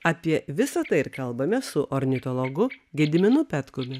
apie visa tai ir kalbamės su ornitologu gediminu petkumi